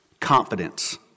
confidence